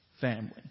family